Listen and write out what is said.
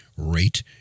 rate